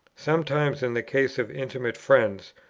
sometimes in the case of intimate friends,